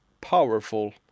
powerful